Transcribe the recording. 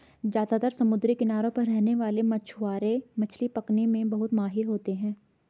ज्यादातर समुद्री किनारों पर रहने वाले मछवारे मछली पकने में बहुत माहिर होते है